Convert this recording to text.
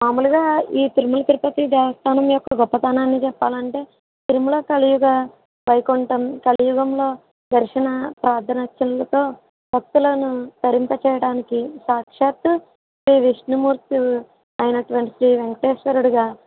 మాములుగా ఈ తిరుమల తిరుపతి దేవస్థానం యొక్క గొప్పతనాన్ని చెప్పాలంటే తిరుమల కలియుగ వైకుంఠం కలియుగంలో దర్శన ప్రార్థనా అర్చనలతో భక్తులను తరింపచేయడానికి సాక్షాత్తు శ్రీవిష్ణుమూర్తి అయినటువంటి శ్రీ వేంకటేశ్వరుడుగా